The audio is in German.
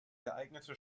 geeignete